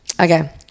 Okay